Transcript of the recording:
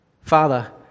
Father